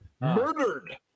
Murdered